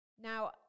Now